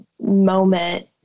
moment